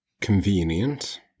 Convenient